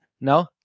No